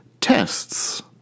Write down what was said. tests